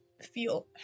feel